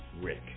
Rick